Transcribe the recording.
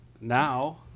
now